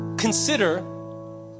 Consider